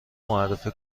معرفی